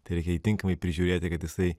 tereikia jį tinkamai prižiūrėti kad jisai